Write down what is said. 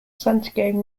santiago